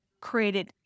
created